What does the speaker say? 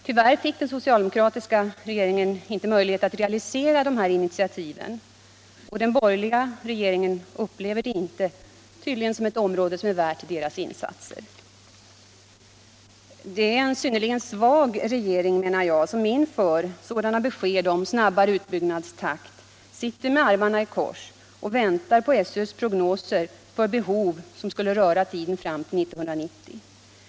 Tyvärr fick den socialdemokratiska regeringen inte möjlighet att realisera dessa initiativ, och den borgerliga regeringen upplever inte detta som ett område som förtjänar dess insatser. Det är en synnerligen svag regering, menar jag, som inför sådana besked om snabbare utbyggnadstakt sitter med armarna i kors och väntar på 23 SÖ:s prognoser för behov som skulle gälla tiden till år 1990.